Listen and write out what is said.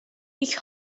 ich